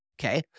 Okay